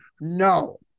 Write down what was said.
no